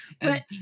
But-